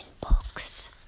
books